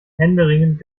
händeringend